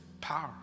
power